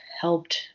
helped